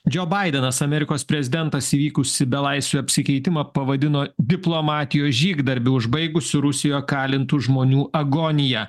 džo baidenas amerikos prezidentas įvykusį belaisvių apsikeitimą pavadino diplomatijos žygdarbiu užbaigusiu rusijoje kalintų žmonių agoniją